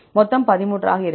மொத்தம் 13 ஆக இருக்கும்